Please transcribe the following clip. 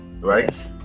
right